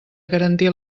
garantir